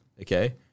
Okay